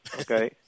okay